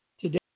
today